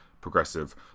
progressive